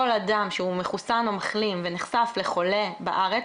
כל אדם שהוא מחוסן או מחלים ונחשף לחולה בארץ,